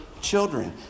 children